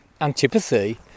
antipathy